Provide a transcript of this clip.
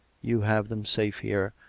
you have them safe here.